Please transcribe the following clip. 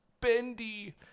bendy